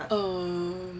err